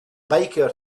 biker